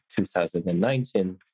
2019